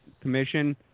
commission